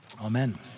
Amen